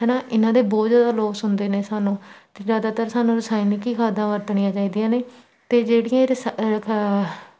ਹੈ ਨਾ ਇਹਨਾਂ ਦੇ ਬਹੁਤ ਜ਼ਿਆਦਾ ਲੋਸ ਹੁੰਦੇ ਨੇ ਸਾਨੂੰ ਅਤੇ ਜ਼ਿਆਦਾਤਰ ਸਾਨੂੰ ਰਸਾਇਣਿਕ ਹੀ ਖਾਦਾਂ ਵਰਤਣੀਆਂ ਚਾਹੀਦੀਆਂ ਨੇ ਅਤੇ ਜਿਹੜੀਆਂ ਇਹ ਰਸ ਖ